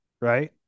right